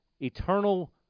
eternal